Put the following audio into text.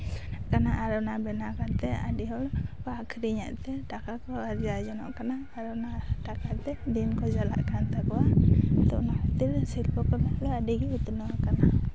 ᱵᱮᱱᱟᱜ ᱠᱟᱱᱟ ᱟᱨ ᱚᱱᱟ ᱵᱮᱱᱟᱣ ᱠᱟᱛᱮ ᱟᱹᱰᱤ ᱦᱚᱲ ᱠᱚ ᱟᱹᱠᱷᱨᱤᱧᱮᱛ ᱛᱮ ᱴᱟᱠᱟ ᱠᱚ ᱟᱨᱡᱟᱣ ᱡᱚᱱᱚᱜ ᱠᱟᱱᱟ ᱟᱨ ᱚᱱᱟ ᱴᱟᱠᱟᱛᱮ ᱫᱤᱱ ᱠᱚ ᱪᱟᱞᱟᱜ ᱠᱟᱱ ᱛᱟᱠᱚᱣᱟ ᱟᱫᱚ ᱚᱱᱟ ᱠᱷᱟᱹᱛᱤᱨ ᱥᱤᱞᱯᱚ ᱠᱚᱞᱟ ᱫᱚ ᱟᱹᱰᱤᱜᱮ ᱩᱛᱱᱟᱹᱣᱟᱠᱟᱱᱟ